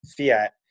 Fiat